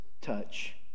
touch